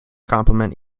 complement